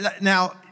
Now